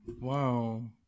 Wow